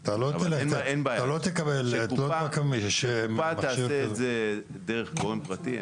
אתה לא תקבל --- אבל אין בעיה שקופה תעשה את זה דרך גורם פרטי.